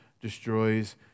destroys